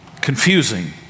confusing